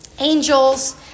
angels